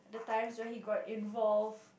the times where he got involve